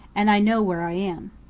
and i know where i am.